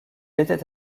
était